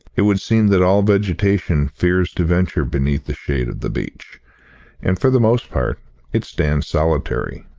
it would seem that all vegetation fears to venture beneath the shade of the beech and for the most part it stands solitary,